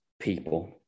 people